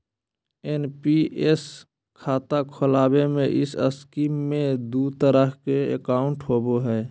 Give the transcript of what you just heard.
NPS खाता खोले में इस स्कीम में दू तरह के अकाउंट होबो हइ